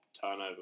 turnover